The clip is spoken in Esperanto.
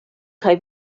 kaj